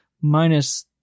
minus